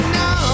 no